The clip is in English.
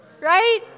right